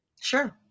Sure